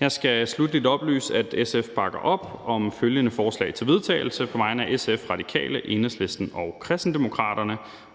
Jeg skal sluttelig oplyse, at jeg på vegne af SF, Radikale, Enhedslisten og Kristendemokraterne